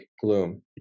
gloom